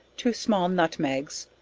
two small nutmegs,